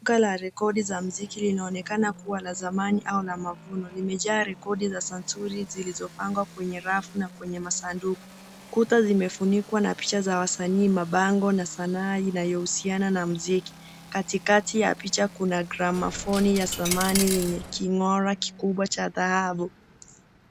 Duka la rekodi za mziki linonekana kuwa la zamani au la mavuno. Limejaa rekodi za santuri zilizopangwa kwenye rafu na kwenye masanduku. Kuta zimefunikwa na picha za wasanii mabango, na sanaa inayohusiana na mziki. Katikati ya picha kuna grammafoni ya samani yeye king'ora, kikubwa, cha dhahabu.